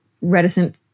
reticent